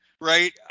right